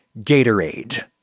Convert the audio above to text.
Gatorade